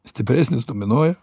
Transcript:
stipresnis dominuoja